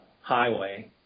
highway